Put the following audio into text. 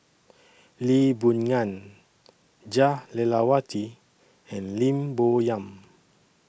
Lee Boon Ngan Jah Lelawati and Lim Bo Yam